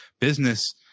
business